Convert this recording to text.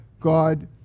God